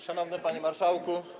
Szanowny Panie Marszałku!